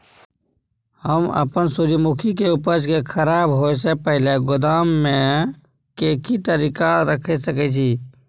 हम अपन सूर्यमुखी के उपज के खराब होयसे पहिले गोदाम में के तरीका से रयख सके छी?